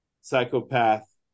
psychopath